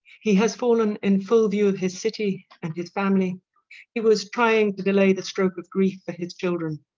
he has fallen in full view of his city and his family he was trying to delay the stroke of grief for his children.